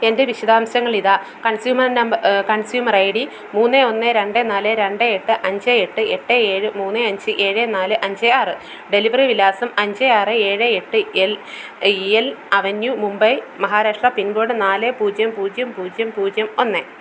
എൻ്റെ വിശദാംശങ്ങൾ ഇതാ കൺസ്യൂമർ നമ്പ കൺസ്യൂമർ ഐ ഡി മൂന്ന് ഒന്ന് രണ്ട് നാല് രണ്ട് എട്ട് അഞ്ച് എട്ട് എട്ട് ഏഴ് മൂന്ന് അഞ്ച് ഏഴ് നാല് അഞ്ച് ആറ് ഡെലിവറി വിലാസം അഞ്ച് ആറ് ഏഴ് എട്ട് L L avenue Mumbai Maharashtra pin code നാല് പൂജ്യം പൂജ്യം പൂജ്യം പൂജ്യം പൂജ്യം ഒന്ന്